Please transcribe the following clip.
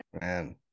Man